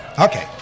Okay